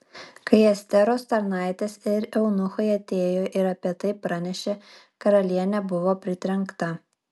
kai esteros tarnaitės ir eunuchai atėjo ir apie tai pranešė karalienė buvo pritrenkta